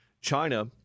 China